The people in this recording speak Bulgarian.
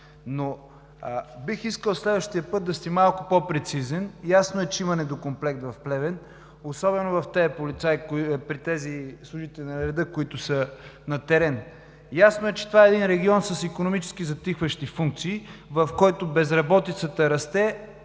но бих искал следващия път да сте малко по-прецизен. Ясно е, че има недокомплект в Плевен, особено при тези служители на реда, които са на терен. Ясно е, че това е регион с икономически затихващи функции, в който безработицата расте,